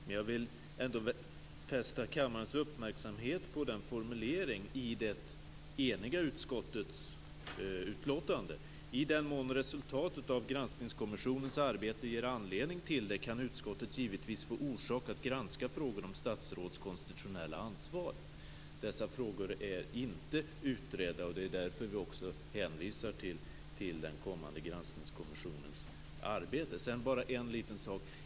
Men jag vill ändå fästa kammarens uppmärksamhet på formuleringen i det eniga utskottets utlåtande: "I den mån resultatet av kommissionens arbete ger anledning till det kan utskottet givetvis få orsak att granska frågor om statsråds konstitutionella ansvar". Dessa frågor är inte utredda, och det är därför vi också hänvisar till den kommande granskningskommissionens arbete. Jag vill bara ta upp en liten sak till.